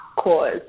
cause